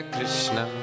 Krishna